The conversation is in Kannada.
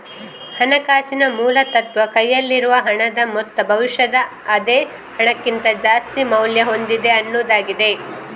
ಹಣಕಾಸಿನ ಮೂಲ ತತ್ವ ಕೈಯಲ್ಲಿರುವ ಹಣದ ಮೊತ್ತ ಭವಿಷ್ಯದ ಅದೇ ಹಣಕ್ಕಿಂತ ಜಾಸ್ತಿ ಮೌಲ್ಯ ಹೊಂದಿದೆ ಅನ್ನುದಾಗಿದೆ